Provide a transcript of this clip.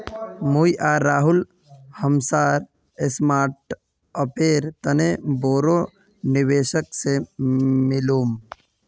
मुई आर राहुल हमसार स्टार्टअपेर तने बोरो निवेशक से मिलुम